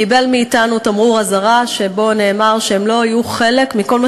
קיבל מאתנו תמרור אזהרה שבו נאמר שהם לא יהיו חלק מכל מה